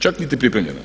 Čak niti pripremljena.